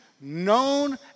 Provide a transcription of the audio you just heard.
known